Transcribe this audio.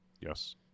Yes